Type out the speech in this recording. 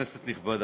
כנסת נכבדה,